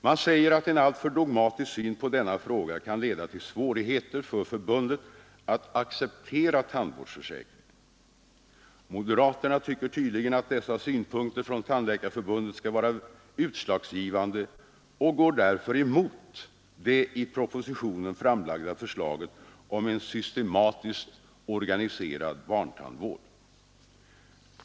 Man säger att en alltför dogmatisk syn på denna fråga kan leda till svårigheter för förbundet att acceptera tandvårdsförsäkringen. Moderaterna tycker tydligen att dessa synpunkter från Tandläkarförbundet skall vara utslagsgivande och går därför emot det i propositionen framlagda förslaget om en systematiskt organiserad barntandvård.